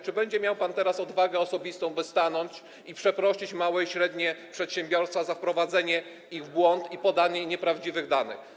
Czy będzie miał pan teraz odwagę osobistą, by stanąć i przeprosić małe i średnie przedsiębiorstwa za wprowadzenie ich w błąd i podanie nieprawdziwych danych?